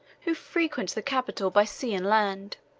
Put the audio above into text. who frequent the capital by sea and land.